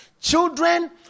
Children